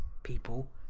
people